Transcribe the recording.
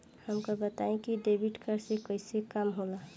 हमका बताई कि डेबिट कार्ड से कईसे काम होला?